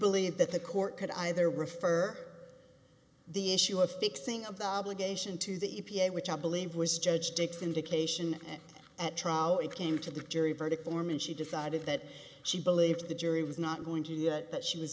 believe that the court could either refer the issue of fixing of the obligation to the e p a which i believe was judged six indication at trial it came to the jury verdict form and she decided that she believed the jury was not going to that she was